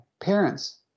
parents